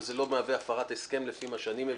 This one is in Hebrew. וזה לא מהווה הפרת הסכם לפי מה שאני מבין,